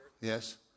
Yes